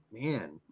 man